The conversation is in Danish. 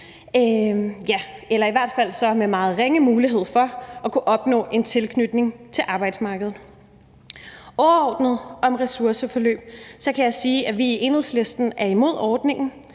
offentlig ydelse med meget ringe mulighed for at kunne opnå en tilknytning til arbejdsmarkedet. Overordnet kan jeg om ressourceforløb sige, at vi i Enhedslisten er imod ordningen,